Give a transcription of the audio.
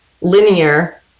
linear